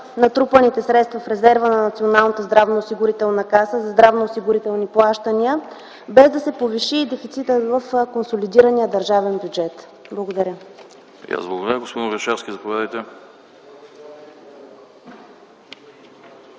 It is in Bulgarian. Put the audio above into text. натрупаните средства в резерва на Националната здравноосигурителна каса за здравноосигурителни плащания без да се повиши дефицитът в консолидирания държавен бюджет? Благодаря.